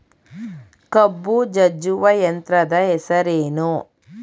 ಕಬ್ಬು ಜಜ್ಜುವ ಯಂತ್ರದ ಹೆಸರೇನು?